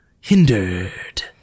hindered